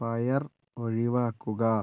പയർ ഒഴിവാക്കുക